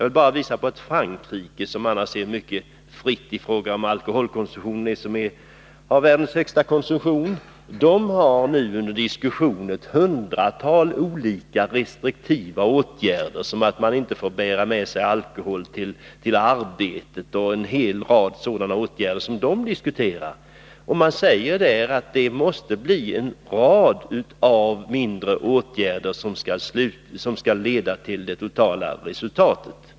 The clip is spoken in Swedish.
I Frankrike, som annars är mycket fritt i fråga om alkoholhanteringen och som har världens högsta konsumtion, har man nu under diskussion ett hundratal olika restriktiva åtgärder, t.ex. att det skulle bli förbjudet att bära med sig alkohol till arbetet. Man säger där att det måste till en rad av mindre åtgärder som tillsammans skall ge det totala resultatet.